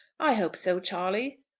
i hope so, charley.